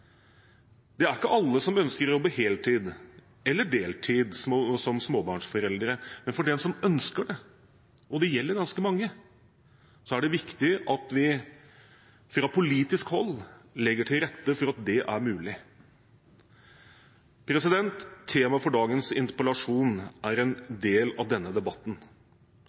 Det er ikke alle som ønsker å jobbe heltid eller deltid som småbarnsforeldre, men for dem som ønsker det – og det gjelder ganske mange – er det viktig at vi fra politisk hold legger til rette for at det er mulig. Temaet for dagens interpellasjon er en del av denne debatten.